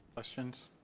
questions?